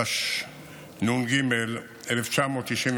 התשנ"ג 1993,